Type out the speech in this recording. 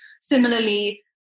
Similarly